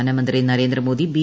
പ്രധാനമന്ത്രി നരേന്ദ്രമോദി ബി